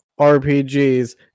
rpgs